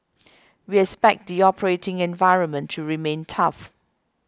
we expect the operating environment to remain tough